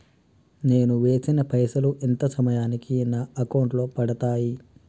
నేను వేసిన పైసలు ఎంత సమయానికి నా అకౌంట్ లో పడతాయి?